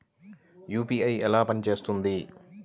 UPI ఎలా పనిచేస్తుంది?